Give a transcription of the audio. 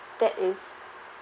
that is